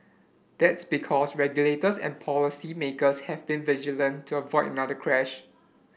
that's because regulators and policy makers have been vigilant to avoid another crash